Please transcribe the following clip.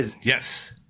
Yes